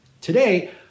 Today